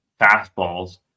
fastballs